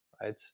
right